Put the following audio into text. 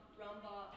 rumba